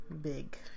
big